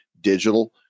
digital